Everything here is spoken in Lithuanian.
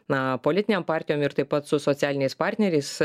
na politinėm partijom ir taip pat su socialiniais partneriais